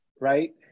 right